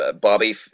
Bobby